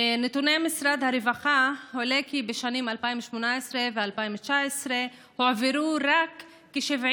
מנתוני משרד הרווחה עולה כי בשנים 2018 ו-2019 הועברו רק כ-70